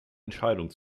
entscheidung